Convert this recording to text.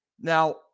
Now